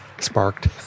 sparked